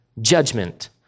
judgment